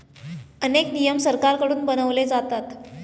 अनेक नियम सरकारकडून बनवले जातात